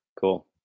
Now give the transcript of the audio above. Cool